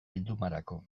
bildumarako